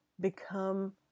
become